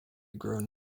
grown